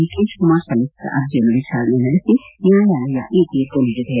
ನಿಕೇಶ್ ಕುಮಾರ್ ಸಲ್ಲಿಸಿದ್ದ ಅರ್ಜಿಯನ್ನು ವಿಚಾರಣೆ ನಡೆಸಿ ನ್ಡಾಯಾಲಯ ಈ ತೀರ್ಮ ನೀಡಿದೆ